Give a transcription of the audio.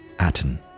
Aten